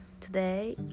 Today